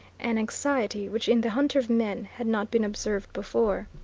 an anxiety which in the hunter of men had not been observed before.